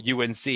UNC